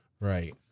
Right